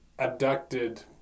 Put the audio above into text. Abducted